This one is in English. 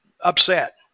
upset